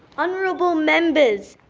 honourable members,